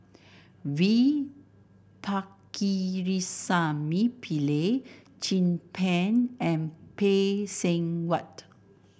V Pakirisamy Pillai Chin Peng and Phay Seng Whatt